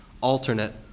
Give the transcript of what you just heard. alternate